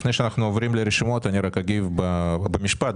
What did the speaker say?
לפני שאנחנו עוברים לרשימות אגיב במשפט.